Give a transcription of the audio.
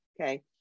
Okay